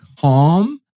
calm